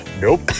nope